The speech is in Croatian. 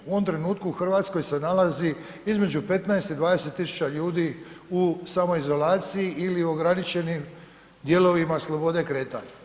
U ovom trenutku u Hrvatskoj se nalazi između 15 i 20 tisuća ljudi u samoizolaciji ili u ograničenim dijelovima slobode kretanja.